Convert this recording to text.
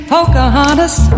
Pocahontas